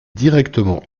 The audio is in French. directement